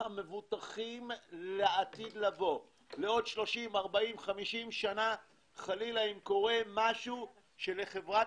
המבוטחים לעתיד לבוא כך שאם עוד שלושים,